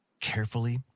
Carefully